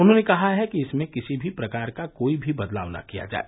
उन्होंने कहा है कि इसमें किसी भी प्रकार का कोई भी बदलाव न किया जाय